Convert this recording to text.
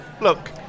Look